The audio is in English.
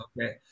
Okay